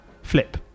flip